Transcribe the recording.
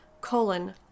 colon